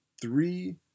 three